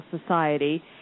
society